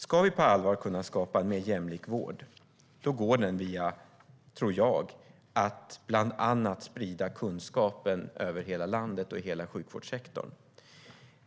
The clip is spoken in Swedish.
Ska vi på allvar kunna skapa en mer jämlik vård tror jag att den går via att bland annat sprida kunskapen över hela landet och hela sjukvårdssektorn.